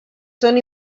són